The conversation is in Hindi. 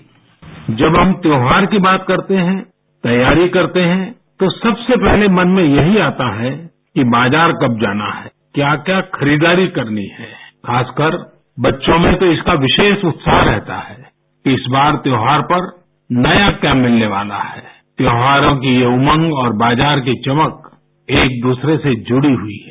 साउंड बाईट जब हम त्योहार की बात करते हैं तैयारी करते हैं तो सबसे पहले मन में यही आताहै कि बाजार कब जाना है क्या क्या खरीदारी करनी है खासकर बच्चों में तो इसका विशेषउत्साह रहता है इस बार त्यौहार पर नया क्या मिलने वाला है त्यौहारों की ये उमंग और बाजारकी चमक एक दूसरे से जुड़ी हुई है